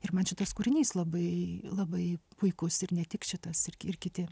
ir man šitas kūrinys labai labai puikus ir ne tik šitas ir ir kiti